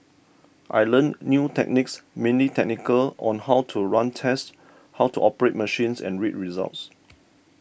I learnt new techniques mainly technical on how to run tests how to operate machines and read results